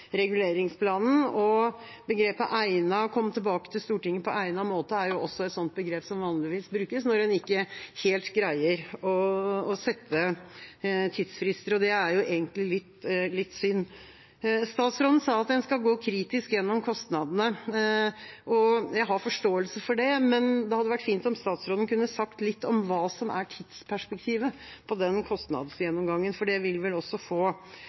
reguleringsplanen. Å «komme tilbake til Stortinget på egnet måte» er også et begrep som vanligvis brukes når en ikke helt greier å sette tidsfrister, og det er egentlig litt synd. Statsråden sa at en skal gå kritisk gjennom kostnadene. Jeg har forståelse for det, men det hadde vært fint om statsråden kunne sagt litt om hva som er tidsperspektivet på den kostnadsgjennomgangen, for det vil vel også få